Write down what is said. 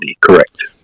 correct